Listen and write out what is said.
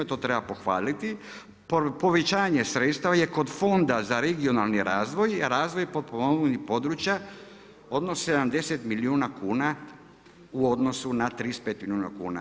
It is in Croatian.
To treba pohvaliti, povećanje sredstva je kod Fonda za regionalni razvoj, razvoj potpomognutih područja odnos 70 milijuna kuna u odnosu na 35 milijuna kuna.